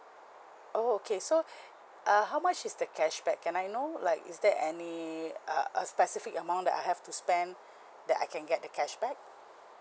oh okay so uh how much is the cashback can I know like is there any uh a specific amount that I have to spend that I can get the cashback